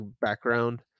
background